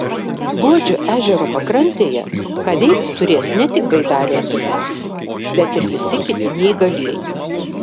luodžio ežero pakrantėje ką veikti turės ne tik baidarių entuziastai bet ir visi kiti neįgalieji